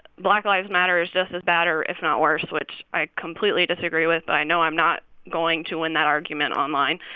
black lives matter is just as bad, or if not, worse, which i completely disagree with, but i know i'm not going to win that argument online.